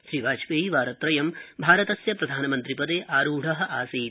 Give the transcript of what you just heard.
श्री वाजपेयी वारत्रयं भारतस्य प्रधानमंत्री पदे आरूढ़ आसीत्